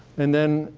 and then,